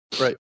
right